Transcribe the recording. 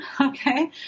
okay